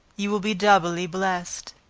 you will be doubly blessed.